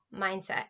mindset